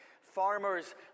farmers